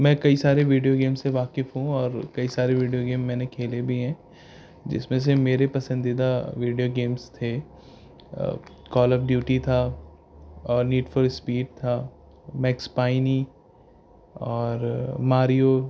میں کئی سارے ویڈیو گیمس سے واقف ہوں اور کئی سارے ویڈیو گیم میں نے کھیلے بھی ہیں جس میں سے میرے پسندیدہ ویڈیو گیمس تھے کال آف ڈیوٹی تھا اور نیڈ فار اسپیڈ تھا میکس پائینی اور ماریو